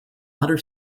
other